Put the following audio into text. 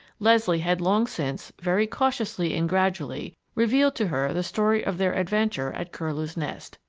leslie had long since, very cautiously and gradually, revealed to her the story of their adventure at curlew's nest.